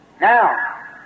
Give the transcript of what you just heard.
Now